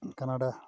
Canada